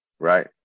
Right